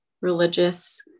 religious